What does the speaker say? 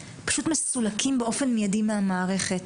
פשוט מסולקים באופן מיידי מהמערכת.